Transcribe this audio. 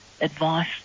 advice